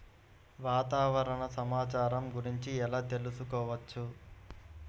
వాతావరణ సమాచారము గురించి ఎలా తెలుకుసుకోవచ్చు?